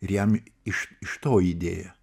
ir jam iš iš to idėja